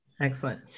Excellent